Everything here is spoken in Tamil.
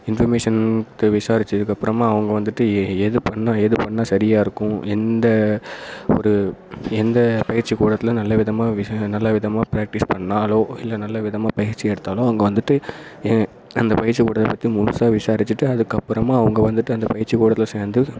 இன்ஃபர்மேஷன்க்கு விசாரிச்சதுக்கப்புறமா அவங்க வந்துவிட்டு எ எது பண்ணால் எது பண்ணால் சரியாக இருக்கும் எந்த ஒரு எந்த பயிற்சிக்கூடத்தில் நல்ல விதமாக விஷ நல்ல விதமாக ப்ராக்டீஸ் பண்ணிணாலோ இல்லை நல்ல விதமாக பயிற்சி எடுத்தாலோ அங்கே வந்துவிட்டு அந்த பயிற்சிக்கூடத்தை பத்தி முழுதா விசாரிச்சுட்டு அதுக்கப்புறமா அவங்க வந்துவிட்டு அந்த பயிற்சிக்கூடத்தில் சேர்ந்து